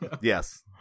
Yes